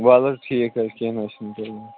وَلہٕ حظ ٹھیٖک حظ چھُ کیٚنٛہہ نہٕ حظ چھُنہٕ وۅنۍ